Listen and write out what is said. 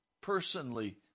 Personally